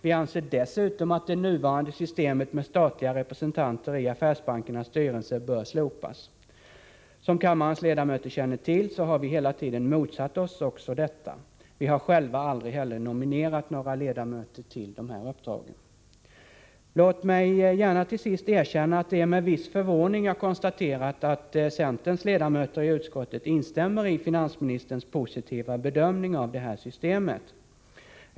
Vi anser dessutom att det nuvarande systemet med statliga representanter i affärsbankernas styrelser bör slopas. Som kammarens ledamöter känner till, har vi hela tiden motsatt oss också detta. Vi har själva aldrig heller nominerat några ledamöter till dessa uppdrag. Låt mig gärna till sist erkänna att det är med viss förvåning jag konstaterat att centerns ledamöter i utskottet instämmer i finansministerns positiva bedömning av det här systemet.